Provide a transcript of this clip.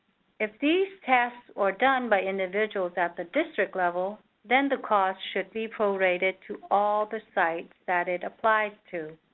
if these tasks are done by individuals at the district level, then the costs should be prorated to all the sites that they apply to.